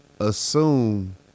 assume